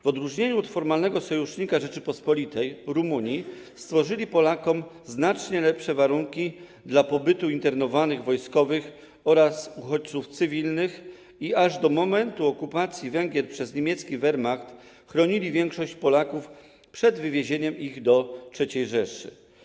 W odróżnieniu od formalnego sojusznika Rzeczypospolitej Rumunii stworzyli znacznie lepsze warunki do pobytu Polakom, internowanym wojskowym oraz uchodźcom cywilnym, i aż do momentu okupacji Węgier przez niemiecki wermacht chronili większość Polaków przed wywiezieniem ich do III Rzeszy.